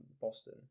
Boston